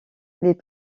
les